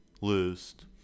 list